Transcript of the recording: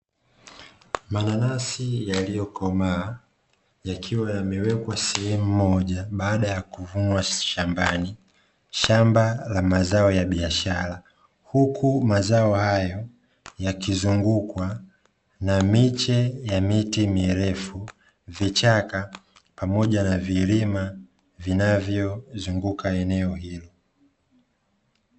Mananasi yaliyokomaa yakiwa yamewekwa sehemu moja baada ya kuvunwa shambani. Shamba la mazao ya biashara, huku mazao hayo yakizungukwa na miche ya miti mirefu, vichaka, pamoja na vilima vinavyozunguka eneo hilo.